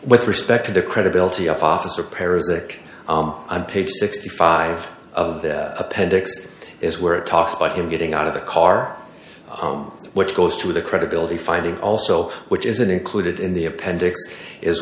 with respect to the credibility of officer parasitic on page sixty five dollars of the appendix is where it talks about him getting out of the car which goes to the credibility finding also which isn't included in the appendix is